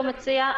שהוא מציע,